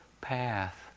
path